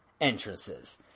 entrances